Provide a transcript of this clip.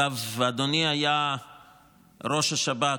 אגב, אדוני היה ראש השב"כ,